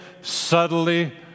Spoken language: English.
subtly